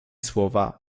słowa